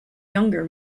younger